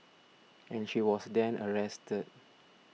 and she was then arrested